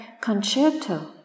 concerto